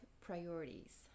priorities